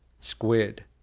squid